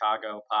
Chicago